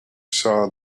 saw